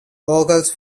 vocals